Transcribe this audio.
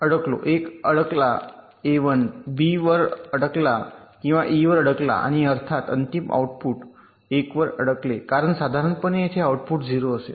अडकलो अ 1 ला अडकला बी 1 वर अडकला किंवा E अडकला आणि अर्थात अंतिम आउटपुट 1 वर अडकले कारण साधारणपणे येथे आऊटपुट 0 असेल